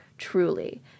Truly